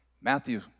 Matthew